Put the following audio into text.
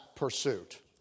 Pursuit